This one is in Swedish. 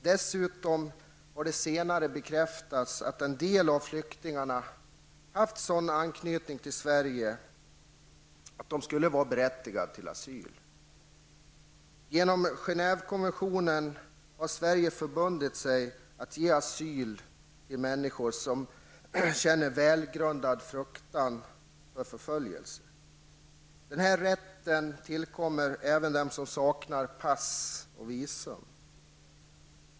Dessutom har det senare bekräftats att en del av flyktingarna har haft sådan anknytning till Sverige att den berättigat till asyl. Genom Genèvekonventionen har Sverige förbundit sig att ge asyl till människor som känner välgrundad fruktan för förföljelse. Denna rätt tillkommer även den som saknar pass och visum.